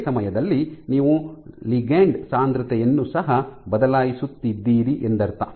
ಅದೇ ಸಮಯದಲ್ಲಿ ನೀವು ಲಿಗಂಡ್ ಸಾಂದ್ರತೆಯನ್ನು ಸಹ ಬದಲಾಯಿಸುತ್ತಿದ್ದೀರಿ ಎಂದರ್ಥ